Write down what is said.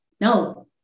No